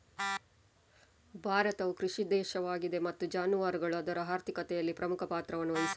ಭಾರತವು ಕೃಷಿ ದೇಶವಾಗಿದೆ ಮತ್ತು ಜಾನುವಾರುಗಳು ಅದರ ಆರ್ಥಿಕತೆಯಲ್ಲಿ ಪ್ರಮುಖ ಪಾತ್ರವನ್ನು ವಹಿಸುತ್ತವೆ